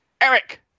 Eric